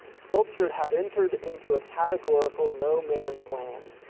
sculpture had entered into a categorical no-man's land.